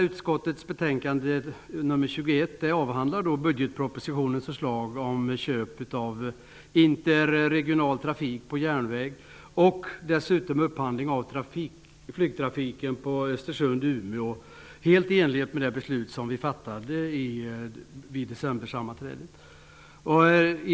Utskottets betänkande nr 21 avhandlar budgetpropositionens förslag om köp av interregional trafik på järnväg. Dessutom behandlar det upphandling av flygtrafiken på sträckan Östersund--Umeå helt i enlighet med det beslut som vi fattade vid decembersammanträdet.